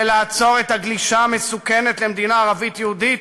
לעצור את הגלישה המסוכנת למדינה ערבית-יהודית